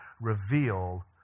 reveal